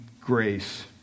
grace